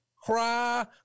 Cry